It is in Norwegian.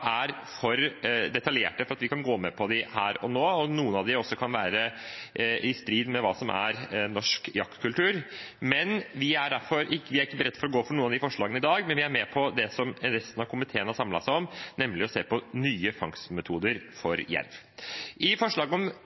er for detaljerte til at vi kan gå med på dem her og nå. Noen av dem kan også være i strid med det som er norsk jaktkultur. Vi er derfor ikke beredt for å gå for noen av de forslagene i dag, men vi er med på det som resten av komiteen har samlet seg om, nemlig å se på nye fangstmetoder for jerv. Når det gjelder forslaget om